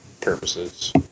purposes